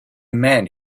man